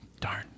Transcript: Darn